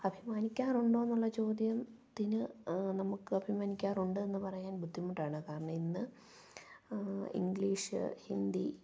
അഭിമാനിക്കാറുണ്ടോ എന്നുള്ള ചോദ്യത്തിന് നമുക്ക് അഭിമാനിക്കാറുണ്ട് എന്ന് പറയാൻ ബുദ്ധിമുട്ടാണ് കാരണം ഇന്ന് ഇംഗ്ലീഷ് ഹിന്ദി